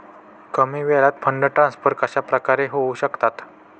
कमी वेळात fund transfer कशाप्रकारे होऊ शकतात?